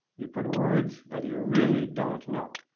you put words that you really don't know,